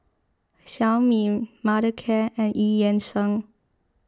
Xiaomi Mothercare and Eu Yan Sang